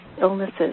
illnesses